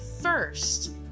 first